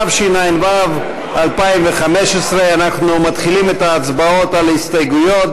התשע"ו 2015. אנחנו מתחילים את ההצבעות על ההסתייגויות